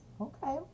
Okay